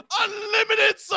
Unlimited